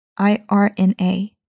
IRNA